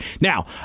Now